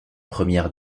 première